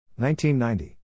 1990